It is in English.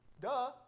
Duh